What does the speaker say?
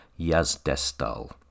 Yazdestal